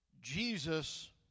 Jesus